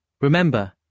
Remember